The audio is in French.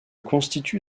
constitue